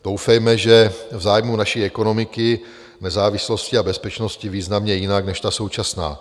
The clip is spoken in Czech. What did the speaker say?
Doufejme, že v zájmu naší ekonomiky, nezávislosti a bezpečnosti významně jinak než ta současná.